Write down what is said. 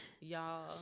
Y'all